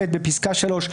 (ב)בפסקה (3),